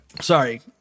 Sorry